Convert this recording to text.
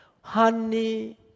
honey